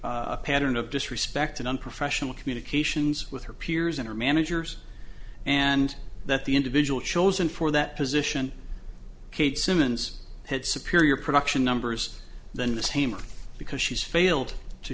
a pattern of disrespect and unprofessional communications with her peers and her managers and that the individual chosen for that position kate simmons had superior production numbers than the same because she's failed to